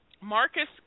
Marcus